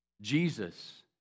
Jesus